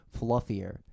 fluffier